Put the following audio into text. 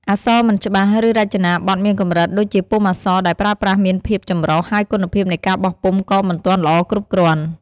អក្សរមិនច្បាស់ ឬរចនាបថមានកម្រិតដូចជាពុម្ពអក្សរដែលប្រើប្រាស់មានភាព ចម្រុះ ហើយគុណភាពនៃការបោះពុម្ពក៏មិនទាន់ល្អគ្រប់គ្រាន់ ។